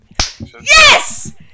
yes